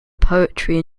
poetry